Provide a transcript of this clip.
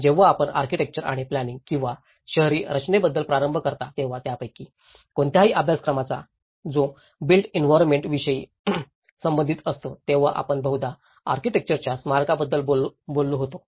जेव्हा आपण आर्किटेक्चर किंवा प्लॅनिंग किंवा शहरी रचनेबद्दल प्रारंभ करता तेव्हा यापैकी कोणत्याही अभ्यासाचा जो बिल्ट एंवीरोन्मेण्ट विषयी संबंधित असतो तेव्हा आपण बहुधा आर्किटेक्चरच्या स्मारकाबद्दल बोललो होतो